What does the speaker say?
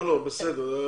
שאלה.